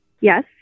Yes